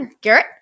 Garrett